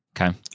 Okay